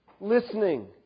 listening